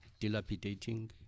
dilapidating